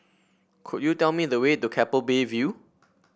could you tell me the way to Keppel Bay View